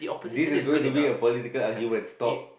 this is going to be a political argument stop